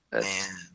Man